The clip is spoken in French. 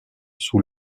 sous